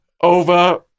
over